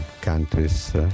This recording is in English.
countries